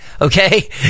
Okay